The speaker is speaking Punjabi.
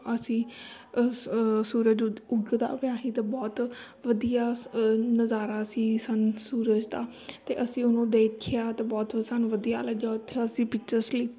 ਅਸੀਂ ਅ ਸੂਰਜ ਉਦ ਉੱਗਦਾ ਪਿਆ ਸੀ ਅਤੇ ਬਹੁਤ ਵਧੀਆ ਨਜ਼ਾਰਾ ਸੀ ਸਾਨੂੰ ਸੂਰਜ ਦਾ ਅਤੇ ਅਸੀਂ ਉਹਨੂੰ ਦੇਖਿਆ ਅਤੇ ਬਹੁਤ ਉਹ ਸਾਨੂੰ ਵਧੀਆ ਲੱਗਿਆ ਉੱਥੇ ਅਸੀਂ ਪਿਚਰਸ ਲੀ